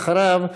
אחריו,